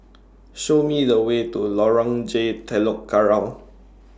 Show Me The Way to Lorong J Telok Kurau